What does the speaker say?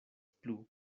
plu